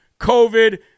COVID